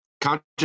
conscious